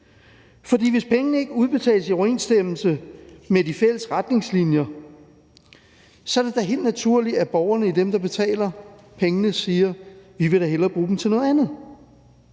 For hvis pengene ikke udbetales i overensstemmelse med de fælles retningslinjer, er det da helt naturligt, at borgerne i de lande, der betaler pengene, siger: Vi vil da hellere bruge dem til noget andet.